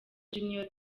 junior